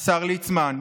השר ליצמן,